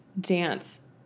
dance